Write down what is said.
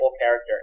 character